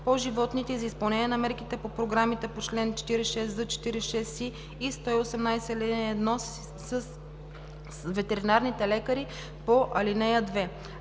по животните и за изпълнение на мерките по програмите по чл. 46з, 46и и 118, ал. 1 с ветеринарните лекари по ал. 2.